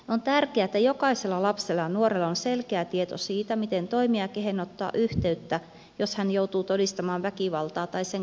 on tärkeää että jokaisella lapsella ja nuorella on selkeä tieto siitä miten toimia ja kehen ottaa yhteyttä jos joutuu todistamaan väkivaltaa tai joutuu sen kohteeksi